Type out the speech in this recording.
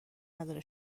نداره